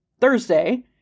Thursday